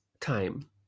time